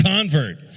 convert